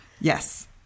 Yes